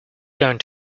going